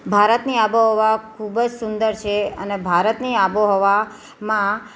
ભારતની આબોહવા ખૂબ જ સુંદર છે અને ભારતની આબોહવા માં